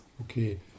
okay